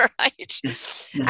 right